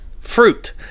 fruit